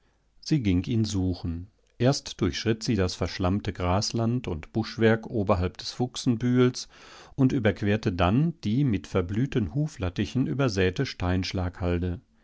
sie ging ihn suchen erst durchschritt sie das verschlammte grasland und buschwerk oberhalb des fuchsenbühels und überquerte dann die mit verblühten huflattichen übersäte